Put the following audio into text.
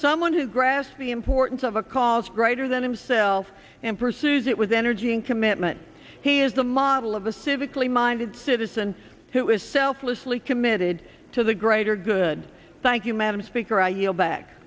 someone who grasp the importance of a cause greater than himself and pursues it was energy and commitment he is the model of a civically minded citizen who is selflessly committed to the greater good thank you madam speaker i yield back